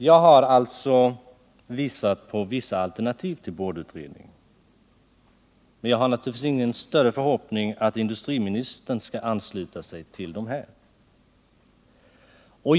Jag har alltså visat på vissa alternativ till boardutredningen, men jag har ingen förhoppning att industriministern skall ansluta sig till dem.